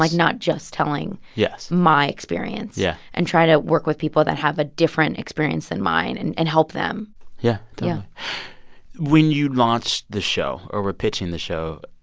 like not just telling. yes. my experience. yeah. and try to work with people that have a different experience than mine and and help them yeah yeah when you launched the show or were pitching the show,